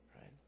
right